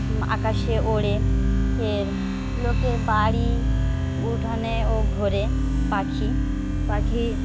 আকাশে ওড়ে ফের লোকের বাড়ি উঠোনে ও ঘোরে পাখি পাখি